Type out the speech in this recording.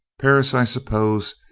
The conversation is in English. perris, i suppose,